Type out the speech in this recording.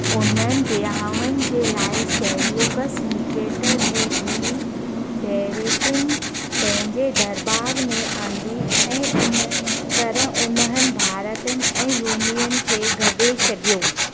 उन्हनि विहांउ जे लाइ सेल्यूकस निकेटर जी धीउ बेरेसिन पंहिंजे दरबार में आंदी ऐं हिन तरह उन्हनि भारतीयनि ऐं यूनियन खे गडे॒ छडि॒यो